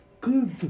Good